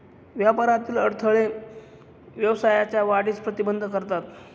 व्यापारातील अडथळे व्यवसायाच्या वाढीस प्रतिबंध करतात